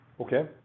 Okay